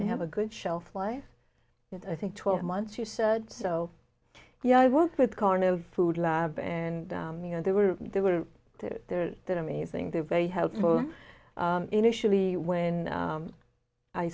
they have a good shelf life i think twelve months you said so yeah it was with corn of food lab and you know there were there were two there that amazing they're very helpful initially when